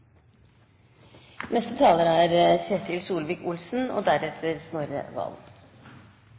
Neste taler er Erling Sande, deretter Snorre Serigstad Valen